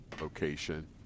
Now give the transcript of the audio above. location